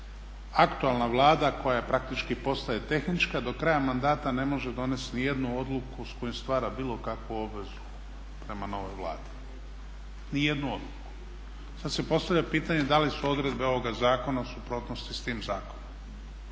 aktualna Vlada koja praktički postaje tehnička do kraja mandata ne može donijeti nijednu odluku s kojom stvara bilo kakvu obvezu prema novoj Vladi, nijednu odluku. Sad se postavlja pitanje da li su odredbe ovoga zakona u suprotnosti s tim zakonom?